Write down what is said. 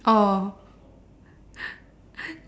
oh